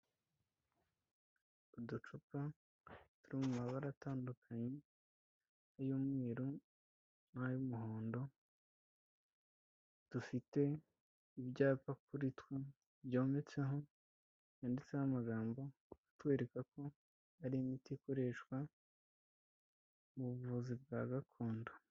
Uducupa turi mu mabara atandukanye y'umweru, n'ay'umuhondo, dufite ibyapa kuri two byometseho, yanditseho amagambo atwereka ko ari imiti ikoreshwa mu buvuzi bwa gakondo.